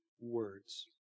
words